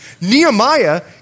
Nehemiah